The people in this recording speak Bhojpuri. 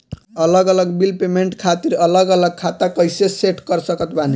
अलग अलग बिल पेमेंट खातिर अलग अलग खाता कइसे सेट कर सकत बानी?